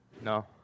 No